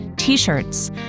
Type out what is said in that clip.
t-shirts